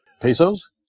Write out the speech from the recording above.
pesos